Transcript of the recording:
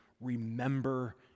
Remember